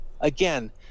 Again